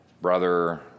Brother